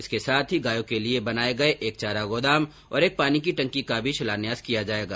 इसके साथ ही गायों के लिए बनाये गए एक चारा गौदाम और एक पानी की टंकी का भी शिलान्यास किया जाएगा